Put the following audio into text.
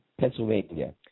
Pennsylvania